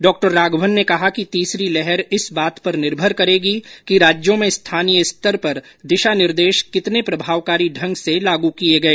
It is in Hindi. डॉक्टर राघवन ने कहा कि तीसरी लहर इस बात पर निर्भर करेगी कि राज्यों में स्थानीय स्तर पर दिशानिर्देश कितने प्रभावकारी ढंग से लागू किए गए